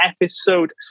episode